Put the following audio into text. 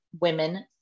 women